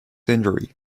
injury